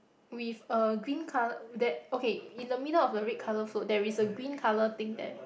with a green colour there~ okay in the middle of the red colour float there is a green colour thing there